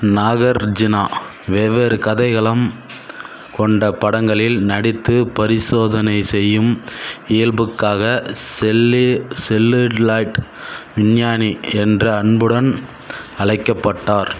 நாகார்ஜுனா வெவ்வேறு கதைக்களம் கொண்ட படங்களில் நடித்து பரிசோதனை செய்யும் இயல்புக்காக செல்லு செல்லுலாயிட் விஞ்ஞானி என்று அன்புடன் அழைக்கப்பட்டார்